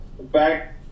back